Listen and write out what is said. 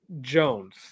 Jones